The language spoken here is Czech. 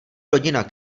rodina